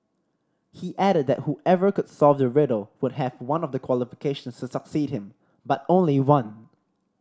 he added that whoever could solve the riddle would have one of the qualifications succeed him but only one